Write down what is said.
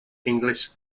english